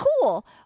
cool